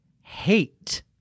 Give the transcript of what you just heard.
hate